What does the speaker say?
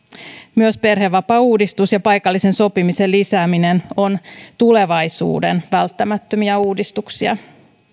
myös perhevapaauudistus ja paikallisen sopimisen lisääminen ovat tulevaisuuden välttämättömiä uudistuksia